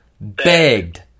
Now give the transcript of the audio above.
begged